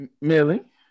Millie